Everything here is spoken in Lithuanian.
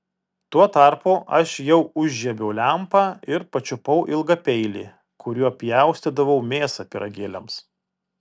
tuo tarpu aš jau užžiebiau lempą ir pačiupau ilgą peilį kuriuo pjaustydavau mėsą pyragėliams